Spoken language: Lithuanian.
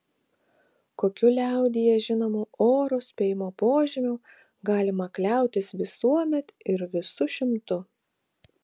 kokiu liaudyje žinomu oro spėjimo požymiu galima kliautis visuomet ir visu šimtu